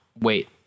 wait